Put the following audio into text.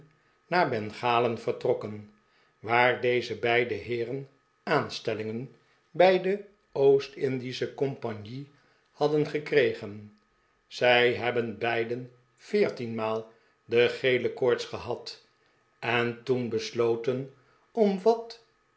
naar bengalen vertrokken waar deze beide heeren aansteliingen bij de oostindische compagnie hadden gekregen zij hebben beiden veertienmaal de gele koorts gehad en toen besloten om